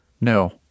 No